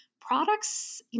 products